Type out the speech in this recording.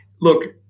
look